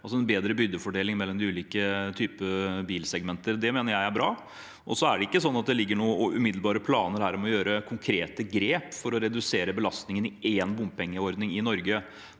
altså en bedre byrdefordeling mellom ulike typer bilsegmenter. Det mener jeg er bra. Det ligger ingen umiddelbare planer her om å gjøre konkrete grep for å redusere belastningen i én bompengeordning i Norge.